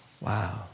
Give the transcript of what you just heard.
wow